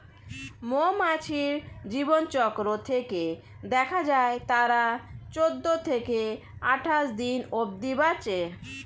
মৌমাছির জীবনচক্র থেকে দেখা যায় তারা চৌদ্দ থেকে আটাশ দিন অব্ধি বাঁচে